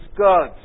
God's